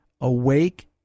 awake